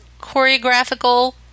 choreographical